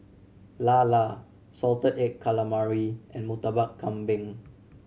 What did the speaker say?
lala salted egg calamari and Murtabak Kambing